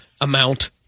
amount